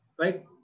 Right